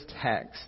text